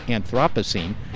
Anthropocene